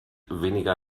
weniger